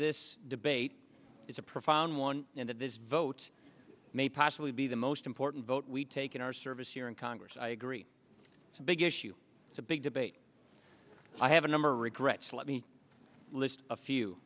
this debate is a profound one and that this vote may possibly be the most important vote we take in our service here and cons i agree it's a big issue it's a big debate i have a number regrets let me list a few